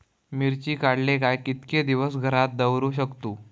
मिर्ची काडले काय कीतके दिवस घरात दवरुक शकतू?